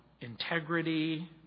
integrity